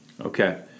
Okay